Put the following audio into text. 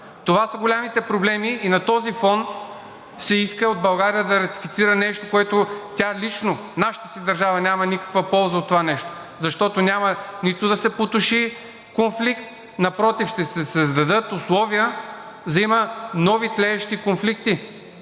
Това са големите проблеми и на този фон се иска от България да ратифицира нещо, което тя лично – нашата държава, няма никаква полза от това нещо, защото няма нито да се потуши конфликт, напротив, ще се създадат условия да има нови тлеещи конфликти.